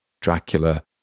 Dracula